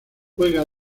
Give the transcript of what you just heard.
juega